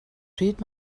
pryd